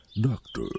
Doctor